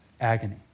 agony